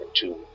two